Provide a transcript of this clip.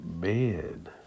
man